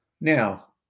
Now